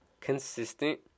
consistent